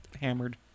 hammered